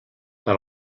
per